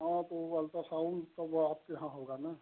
हाँ तो वह अल्ट्रासाउण्ड तो वह आपके यहाँ होगा ना